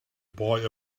boy